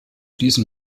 diesen